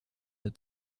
had